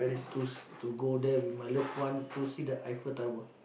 to s~ to go there with my love one to see the Eiffel-Tower